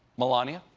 melania.